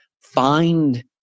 find